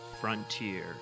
frontier